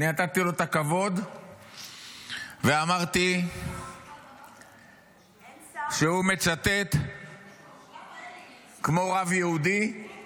אני נתתי לו את הכבוד ואמרתי שהוא מצטט כמו רב יהודי